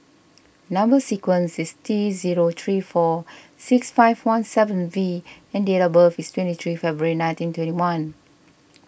Number Sequence is T zero three four six five one seven V and date of birth is twenty three February nineteen twenty one